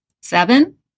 Seven